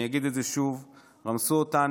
אני אגיד את זה שוב: רמסו אותנו